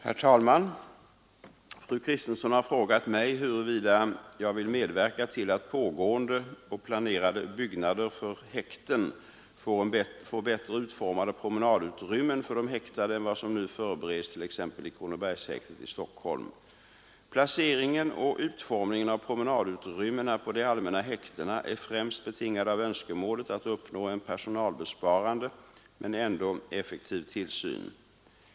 Herr talman! Fru Kristensson har frågat mig huruvida jag vill medverka till att pågående och planerade byggnader för häkten får bättre utformade promenadutrymmen för de häktade än vad som nu förbereds, t.ex. i Kronobergshäktet i Stockholm. Placeringen och utformningen av promenadutrymmena på de allmänna häktena är främst betingade av önskemålet att uppnå en personalbesparande men ändå effektiv tillsyn.